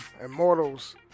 Immortals